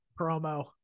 promo